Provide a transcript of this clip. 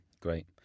Great